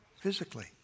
physically